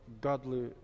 godly